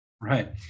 Right